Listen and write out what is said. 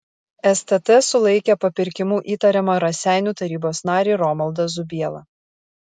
stt sulaikė papirkimu įtariamą raseinių tarybos narį romaldą zubielą